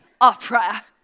opera